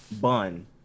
bun